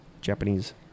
Japanese